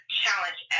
challenge